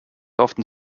often